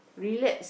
relax